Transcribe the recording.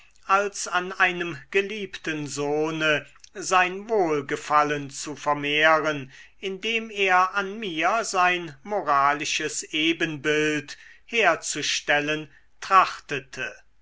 als an einem geliebten sohne sein wohlgefallen zu vermehren indem er an mir sein moralisches ebenbild herzustellen